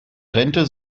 rente